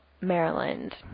Maryland